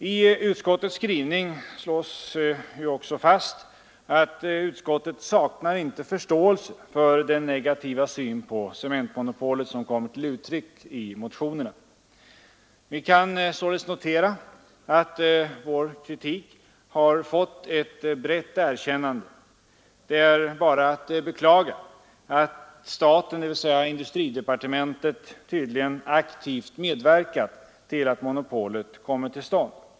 I utskottets skrivning slås också fast: ”Utskottet saknar inte förståelse för den negativa syn på cementmonopolet som kommer till uttryck i motionerna.” Vi kan således notera att vår kritik har fått ett brett erkännande. Det är bara att beklaga att staten, dvs. industridepartementet, tydligen aktivt medverkat till att monopolet kommit till stånd.